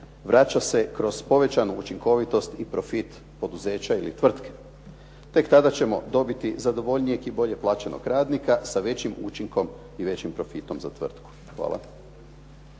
vraća se kroz povećanu učinkovitost i profit poduzeća ili tvrtke. Tek tada ćemo dobiti zadovoljnijeg i bolje plaćenog radnika sa većim učinkom i većim profitom za tvrtku. Hvala.